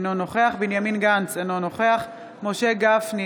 אינו נוכח בנימין גנץ, אינו נוכח משה גפני,